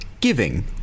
giving